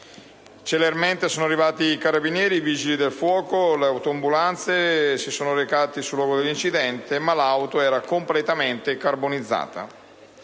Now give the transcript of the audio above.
Celermente sono arrivati i carabinieri, i vigili del fuoco e le autoambulanze; si sono recati sul luogo dell'incidente, ma l'auto era completamente carbonizzata.